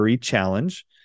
challenge